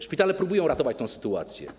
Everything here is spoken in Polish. Szpitale próbują ratować tę sytuację.